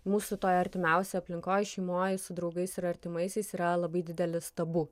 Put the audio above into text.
mūsų toj artimiausioj aplinkoj šeimoj su draugais ir artimaisiais yra labai didelis tabu